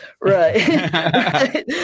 Right